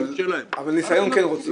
אבל ניסיון הם כן רוצים.